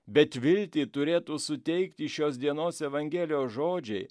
bet viltį turėtų suteikti šios dienos evangelijos žodžiai